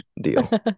deal